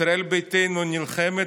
ישראל ביתנו נלחמת,